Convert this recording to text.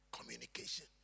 Communication